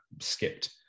skipped